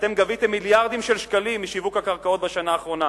אתם גביתם מיליארדים של שקלים משיווק הקרקעות בשנה האחרונה.